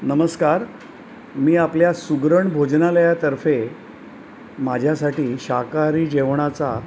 नमस्कार मी आपल्या सुग्रण भोजनालयातर्फे माझ्यासाठी शाकाहारी जेवणाचा